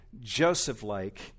Joseph-like